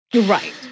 Right